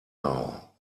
now